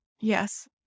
yes